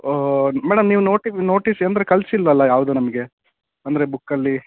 ಓಹ್ madam ನೀವು ನೋಟಿ notice ಅಂದರೆ ಕಳ್ಸಿಲ್ಲಲ್ವ ಯಾವುದೂ ನಮಗೆ ಅಂದರೆ ಬುಕ್ಕಲ್ಲಿ